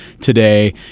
today